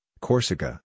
Corsica